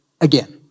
again